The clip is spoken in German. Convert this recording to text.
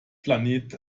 planet